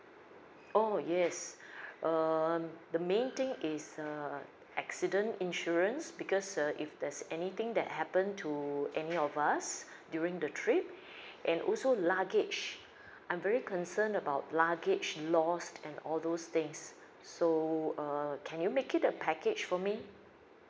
oh yes um the main thing is err accident insurance because uh if there's anything that happen to any of us during the trip and also luggage I'm very concerned about luggage lost and all those things so err can you make it a package for me